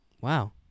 wow